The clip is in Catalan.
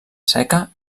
seca